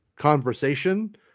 conversation